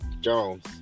Jones